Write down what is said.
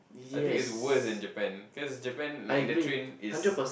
I think is worst than Japan cause Japan like in the train is